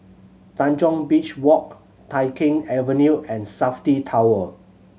Tanjong Beach Walk Tai Keng Avenue and Safti Tower